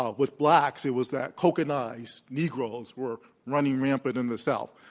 ah with blacks, it was that coke and ice. negroes were running rampant in the south.